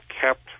kept